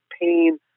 pain